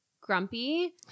grumpy